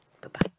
Goodbye